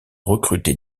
recruter